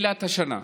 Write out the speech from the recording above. מתחילת השנה: